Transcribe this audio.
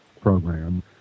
Program